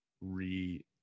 re